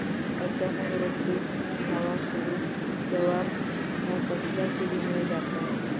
अचानक रोपटे बावाक सुरू जवाप हया कसल्या किडीमुळे जाता?